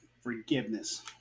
forgiveness